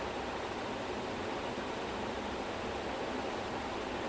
but I think நீ:nee have you watched fresh prince of bel air